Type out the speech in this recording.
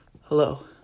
Hello